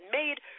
made